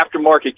aftermarket